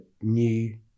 new